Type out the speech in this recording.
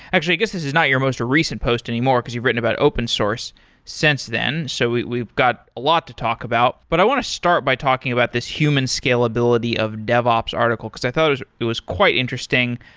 actually, i guess this is not your most recent post anymore, because you've written about open source since then. so we've we've got a lot to talk about. but i want to start by talking about this human scalability of devops article, because i thought it was quite interesting.